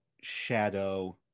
Shadow